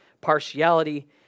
partiality